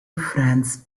france